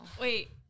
Wait